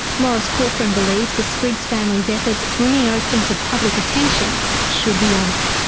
maurice corcoran believes the spriggs family's efforts bringing oakden to public attention should be honoured.